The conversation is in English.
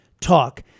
talk